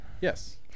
Yes